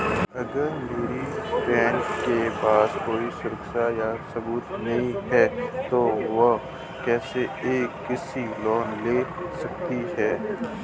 अगर मेरी बहन के पास कोई सुरक्षा या सबूत नहीं है, तो वह कैसे एक कृषि लोन ले सकती है?